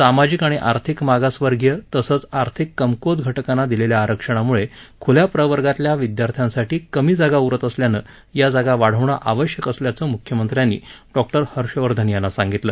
सामाजिक आणि आर्थिक मागासवर्गीय तसंच आर्थिक कमक्वत घटकांना दिलेल्या आरक्षणामुळे खुल्या प्रवर्गातल्या विद्यार्थ्यांसाठी कमी जागा उरत असल्यानं या जागा वाढवणं आवश्यक असल्याचं मुख्यमंत्र्यांनी डॉक्टर हर्षवर्धन यांना सांगितलं